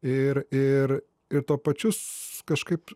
ir ir tuo pačiu s kažkaip